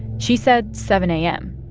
she said seven a m.